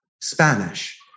Spanish